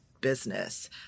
business